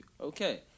Okay